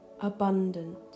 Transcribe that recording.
Abundant